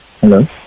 Hello